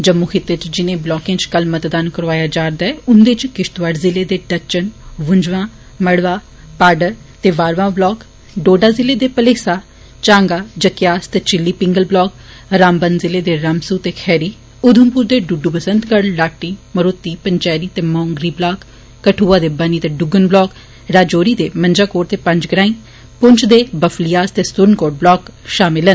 जम्मू खित्ते च जिनें ब्लाकें च कल मतदान करोआया जा करदा ऐ हुन्दे च किशतवाड जिलें दे डचन बुण्जवान माड़वा पॉडर ते वाडवा ब्लाक डोडा जिले दे भलेसा चांगा जकेयास ते चिली पिंगल ब्लाक रामबन जिलें दे रामसू ते खैरी उघमपूर दे डूर्डू बंसतगड लाटी मरौती पंचैरी ते मोंगरी ब्लाक कठुआ दे बनी ते डूगन ब्लाक राजौरी दे मंजाकोट ते पंचग्राई पुंछ दे वफलियाज ते सुरनकोट ब्लाक शामल न